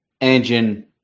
engine